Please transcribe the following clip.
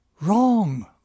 wrong